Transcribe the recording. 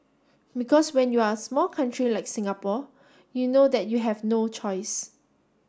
because when you are a small country like Singapore you know that you have no choice